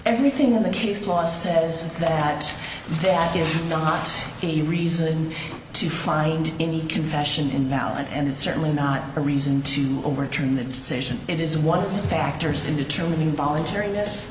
everything in the case law says that there is not any reason to find any confession invalid and it's certainly not a reason to overturn the decision it is one of the factors in determining voluntarin